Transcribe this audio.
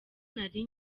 nari